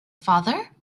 father